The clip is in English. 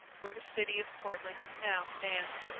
where the city of portland now stands.